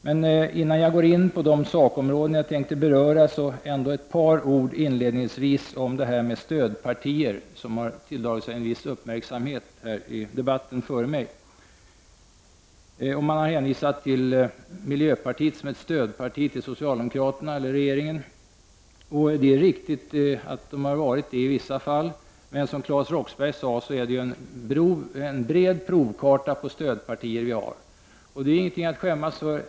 Men innan jag går in på de sakområden jag tänkte beröra, vill jag ändå säga några ord inledningsvis om det här med stödpartier, som har tilldragit sig en viss uppmärksamhet tidigare i denna debatt. Man har hänvisat till miljöpartiet som ett stödparti till socialdemokraterna, eller till regeringen. Och det är riktigt att miljöpartiet har varit det i vissa fall. Men som Claes Roxbergh sade är det ju en bred provkarta på stödpartier vi har. Och det är ingenting att skämmas för.